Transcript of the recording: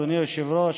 אדוני היושב-ראש,